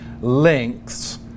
lengths